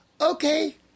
Okay